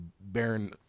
Baron